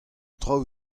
traoù